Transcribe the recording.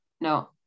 no